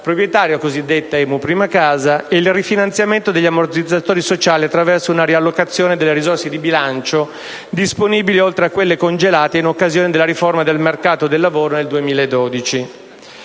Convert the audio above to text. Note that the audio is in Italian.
proprietario (cosiddetta IMU prima casa), e il rifinanziamento degli ammortizzatori sociali attraverso una riallocazione delle risorse di bilancio disponibili oltre a quelle congelate in occasione della riforma del mercato del lavoro nel 2012.